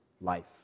life